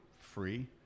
free